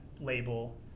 label